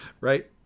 Right